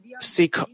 seek